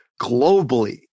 globally